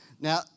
Now